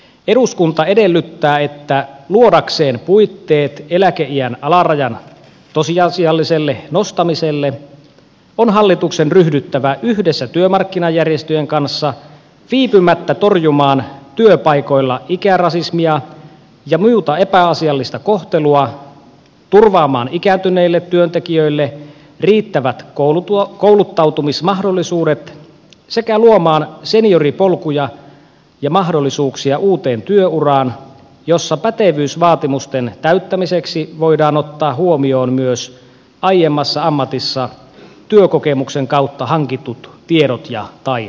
eduskunta edellyttää että luodakseen puitteet eläkeiän alarajan tosiasialliselle nostamiselle on hallituksen ryhdyttävä yhdessä työmarkkinajärjestöjen kanssa viipymättä torjumaan työpaikoilla ikärasismia ja muuta epäasiallista kohtelua turvaamaan ikääntyneille työntekijöille riittävät kouluttautumismahdollisuudet sekä luomaan senioripolkuja ja mahdollisuuksia uuteen työuraan jossa pätevyysvaatimusten täyttämiseksi voidaan ottaa huomioon myös aiemmassa ammatissa työkokemuksen kautta hankitut tiedot ja tai